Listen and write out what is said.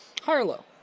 Harlow